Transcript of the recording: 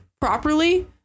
properly